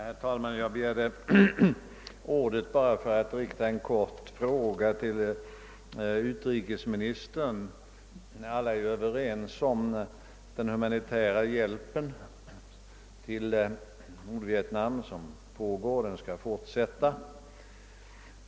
Herr talman! Jag begärde ordet för att rikta en kort fråga till utrikesministern. Alla är överens om att den humanitära hjälp till Nordvietnam som utgår skall fortsätta.